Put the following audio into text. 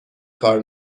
کار